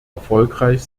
erfolgreich